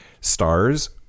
stars